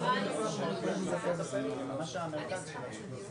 הפשיעה בחברה הערבית?